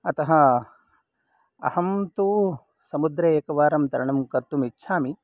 अतः अहं तु समुद्रे एकवारं तरणं कर्तुम् इच्छामि